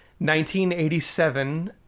1987